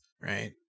Right